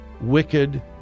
wicked